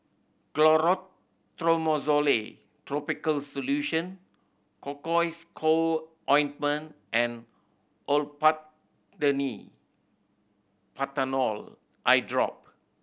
Clotrimozole Topical Solution Cocois Co Ointment and Olopatadine Patanol Eyedrop